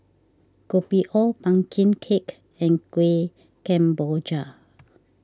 Kopi O Pumpkin Cake and Kueh Kemboja